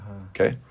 Okay